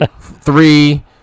Three